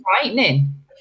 frightening